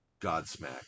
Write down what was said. Godsmack